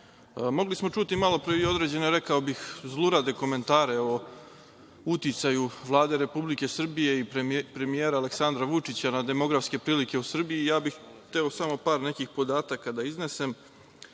smo čuti malopre i određene, rekao bih, zlurade komentare o uticaju Vlade Republike Srbije i premijera Aleksandra Vučića na demografske prilike u Srbiji i hteo bih samo par nekih podataka da iznesem.